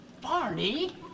Barney